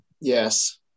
Yes